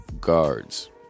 Guards